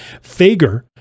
Fager